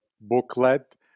booklet